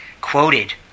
quoted